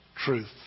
Truth